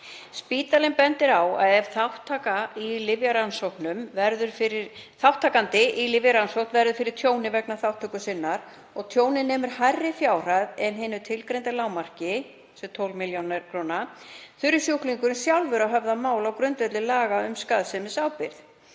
Spítalinn bendir á að ef þátttakandi í lyfjarannsókn verður fyrir tjóni vegna þátttöku sinnar og tjónið nemur hærri fjárhæð en hinu tilgreinda hámarki, 12 millj. kr., þurfi sjúklingurinn sjálfur að höfða mál á grundvelli laga um skaðsemisábyrgð